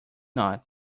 not